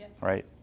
right